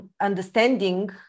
understanding